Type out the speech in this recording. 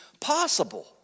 possible